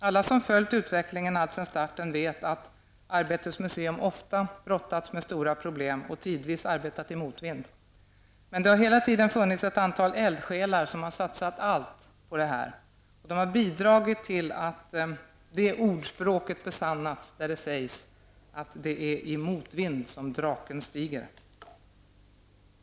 Alla som följt utvecklingen alltsedan starten vet att Arbetets museum ofta brottats med stora problem och tidvis arbetat i motvind. Men det har hela tiden funnits ett antal eldsjälar som har satsat allt på detta, och de har bidragit till att det ordspråk besannas där det sägs: ''Det är i motvind som draken stiger.''